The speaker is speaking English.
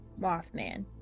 Mothman